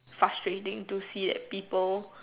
frustrating to see that people